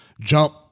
jump